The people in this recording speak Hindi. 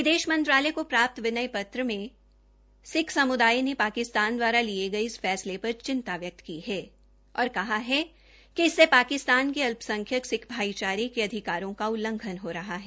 विदेश मंत्रालय को प्राप्त विनय पत्र में सिक्ख समुदाया के पाकिस्तान दवारा लिये गये इस फैसले पर चिंता व्यक्त की है और कहा कि इससे पाकिस्तान के अल्पसंखक सिक्ख भाईचारे के अधिकारों का उल्लंघन हो रहा है